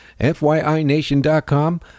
FYINation.com